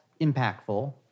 impactful